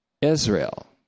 Israel